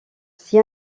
s’y